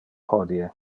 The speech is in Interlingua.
hodie